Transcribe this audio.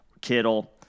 Kittle